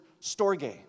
storge